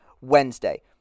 Wednesday